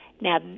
now